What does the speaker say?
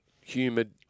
humid